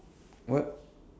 what